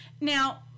Now